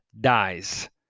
dies